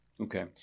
okay